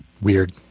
weird